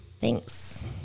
Thanks